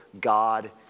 God